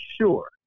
sure